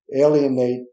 alienate